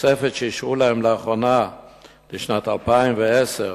התוספת שאישרו להם לאחרונה לשנת 2010,